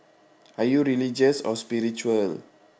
are you religious or spiritual